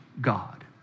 God